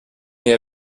mais